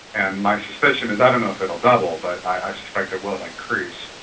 and my suspicion is, i don't know if it will double but i suspect it will increase,